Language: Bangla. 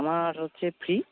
আমি হচ্ছে ফ্রি